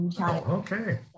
Okay